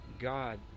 god